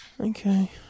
Okay